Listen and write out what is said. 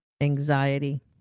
anxiety